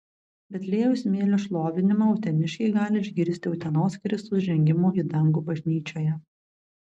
betliejaus smėlio šlovinimą uteniškiai gali išgirsti utenos kristaus žengimo į dangų bažnyčioje